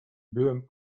byłam